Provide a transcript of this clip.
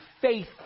faith